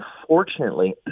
unfortunately